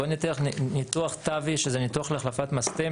בוא נלך לניתוח TAVI שזה ניתוח להחלפת מסתם,